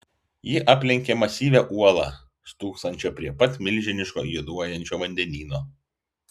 ji aplenkė masyvią uolą stūksančią prie pat milžiniško juoduojančio vandenyno